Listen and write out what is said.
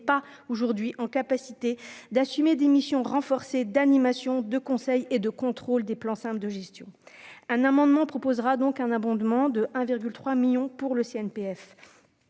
pas aujourd'hui en capacité d'assumer des missions renforcées d'animation de conseils et de contrôle des plans de gestion un amendement proposera donc un abondement de 1 virgule 3 millions pour le CNPF